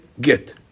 get